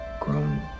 grown